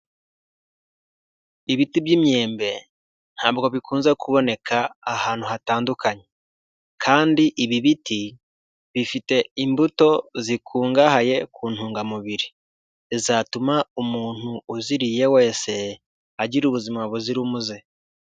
Ibiti by'imyembe ntabwo bikunze kuboneka ahantu hatandukanye, kandi ibi biti bifite imbuto zikungahaye ku ntungamubiri zatuma umuntu uziriye wese agira ubuzima buzira umuze.